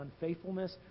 unfaithfulness